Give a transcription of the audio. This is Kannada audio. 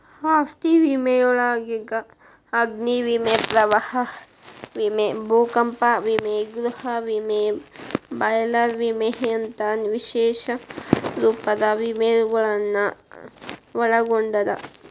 ಆಸ್ತಿ ವಿಮೆಯೊಳಗ ಅಗ್ನಿ ವಿಮೆ ಪ್ರವಾಹ ವಿಮೆ ಭೂಕಂಪ ವಿಮೆ ಗೃಹ ವಿಮೆ ಬಾಯ್ಲರ್ ವಿಮೆಯಂತ ವಿಶೇಷ ರೂಪದ ವಿಮೆಗಳನ್ನ ಒಳಗೊಂಡದ